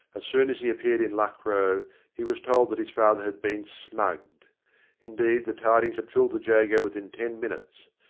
as soon as he appeared in luck row he was told that his father had been smugged indeed the tidings had filled the jago within ten minutes.